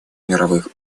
мирных